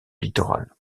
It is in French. littoral